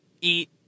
eat